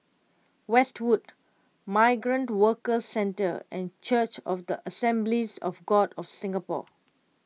Westwood Migrant Workers Centre and Church of the Assemblies of God of Singapore